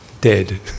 dead